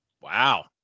Wow